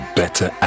better